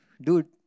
dude